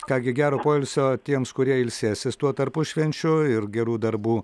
ką gi gero poilsio tiems kurie ilsėsis tuo tarpušvenčiu ir gerų darbų